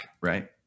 right